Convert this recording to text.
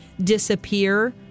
disappear